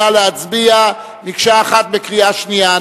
נא להצביע מקשה אחת בקריאה שנייה.